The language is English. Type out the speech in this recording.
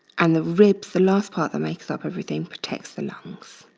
and the ribs, the last part that makes up everything, protects the lungs.